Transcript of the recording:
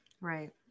right